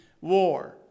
war